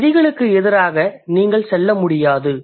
அந்த விதிகளுக்கு எதிராக நீங்கள் செல்ல முடியாது